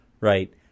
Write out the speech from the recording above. right